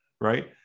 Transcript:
right